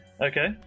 Okay